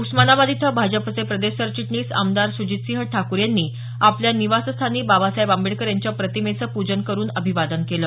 उस्मानाबाद इथं भाजपचे प्रदेश सरचिटणीस आमदार सुजितसिंह ठाकूर यांनी आपल्या निवासस्थानी बाबासाहेब आंबेडकर यांच्या प्रतिमेचं पूजन करून अभिवादन केलं